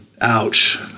Ouch